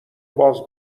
باز